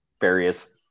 various